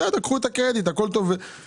בסדר, קחו את הקרדיט והכול טוב ויפה.